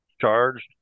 charged